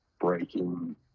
breaking